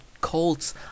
Colts